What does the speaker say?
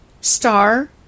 star